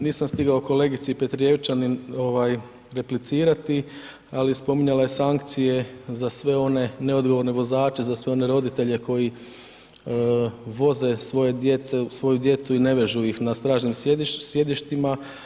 Nisam stigao kolegici Petrijevčanin ovaj replicirati, ali spominjala je sankcije za sve one neodgovorne vozače, za sve one roditelje koji voze svoju djecu i ne vežu ih na stražnjim sjedištima.